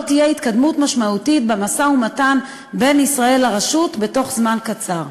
תהיה התקדמות משמעותית במשא-ומתן בין ישראל לרשות בתוך זמן קצר.